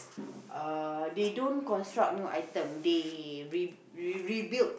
uh they don't construct new item they re~ re~ rebuild